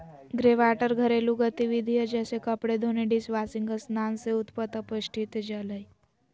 greywater घरेलू गतिविधिय जैसे कपड़े धोने, डिशवाशिंग स्नान से उत्पन्न अपशिष्ट जल हइ